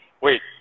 wait